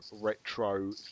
retro